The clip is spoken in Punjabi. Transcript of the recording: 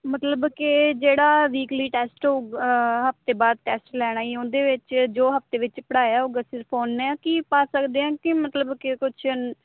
ਮਤਲਬ ਕੇ ਜਿਹੜਾ ਵੀਕਲੀ ਟੈਸਟ ਹੋਊ ਹਫ਼ਤੇ ਬਾਅਦ ਟੈਸਟ ਲੈਣਾ ਜੀ ਉਸ ਦੇ ਵਿੱਚ ਜੋ ਹਫ਼ਤੇ ਵਿੱਚ ਪੜ੍ਹਾਇਆ ਹੋਊਗਾ ਸਿਰਫ਼ ਓਨਾ ਕੀ ਪਾ ਸਕਦੇ ਕਿ ਮਤਲਬ ਕਿ ਕੁਛ